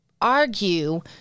argue